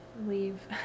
leave